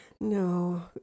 No